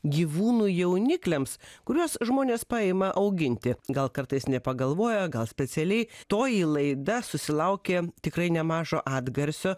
gyvūnų jaunikliams kuriuos žmonės paima auginti gal kartais nepagalvoja gal specialiai toji laida susilaukė tikrai nemažo atgarsio